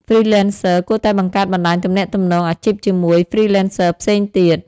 Freelancers គួរតែបង្កើតបណ្តាញទំនាក់ទំនងអាជីពជាមួយ Freelancers ផ្សេងទៀត។